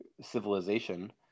civilization